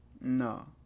No